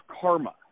karma